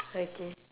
okay